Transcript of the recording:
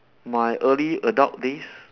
my early adult days